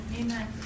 Amen